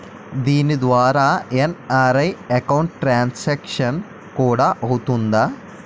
దీని ద్వారా NRI account transaction కూడా అవుతుందా?